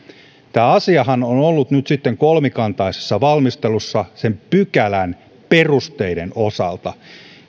tämä asiahan on ollut nyt sitten kolmikantaisessa valmistelussa sen pykälän perusteiden osalta